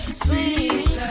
sweet